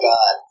God